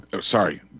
sorry